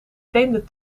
vreemde